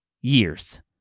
years